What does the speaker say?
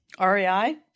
REI